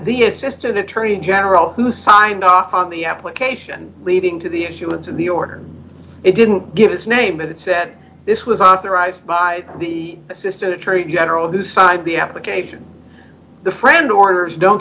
the assistant attorney general who signed off on the application leading to the issuance of the order it didn't give its name but it said this was authorized by the assistant attorney general who side the application the friend orders don't